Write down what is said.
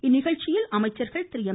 இந்நிகழ்ச்சியில் அமைச்சர்கள் எம்